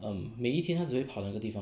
um 每一天他只会跑两个地方